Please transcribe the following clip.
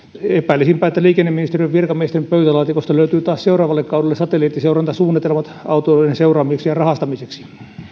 epäilisinpä että liikenneministeriön virkamiesten pöytälaatikosta löytyy taas seuraavalle kaudelle satelliittiseurantasuunnitelmat autoilijoiden seuraamiseksi ja rahastamiseksi